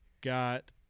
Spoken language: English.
got